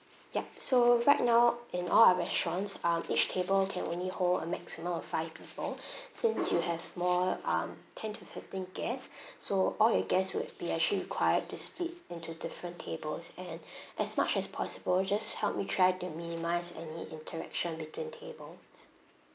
yup so right now in all our restaurants um each table can only hold a maximum of five people since you have more um ten to fifteen guests so all your guests will be actually required to split into different tables and as much as possible just help me try to minimise any interaction between tables